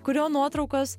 kurio nuotraukos